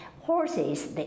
Horses